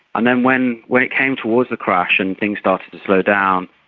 and then when when it came towards the crash and things started to slow down,